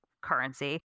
currency